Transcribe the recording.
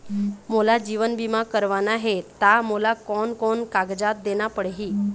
मोला जीवन बीमा करवाना हे ता मोला कोन कोन कागजात देना पड़ही?